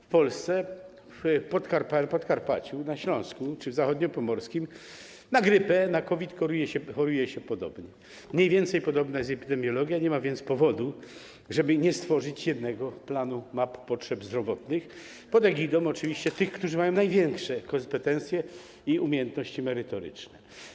W Polsce na Podkarpaciu, na Śląsku czy w Zachodniopomorskiem na grypę, na COVID choruje się podobnie, mniej więcej podobna jest epidemiologia, nie ma więc powodu, żeby nie stworzyć jednego planu map potrzeb zdrowotnych, oczywiście pod egidą tych, którzy mają największe kompetencje i umiejętności merytoryczne.